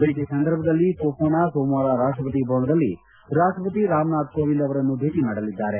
ಭೇಟಿ ಸಂದರ್ಭದಲ್ಲಿ ಘೊಘೋನಾ ಸೋಮವಾರ ರಾಷ್ಷಪತಿ ಭವನದಲ್ಲಿ ರಾಷ್ಷಪತಿ ರಾಮನಾಥ್ ಕೋವಿಂದ್ ಅವರನ್ನು ಭೇಟ ಮಾಡಲಿದ್ದಾರೆ